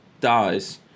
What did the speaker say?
dies